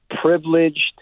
privileged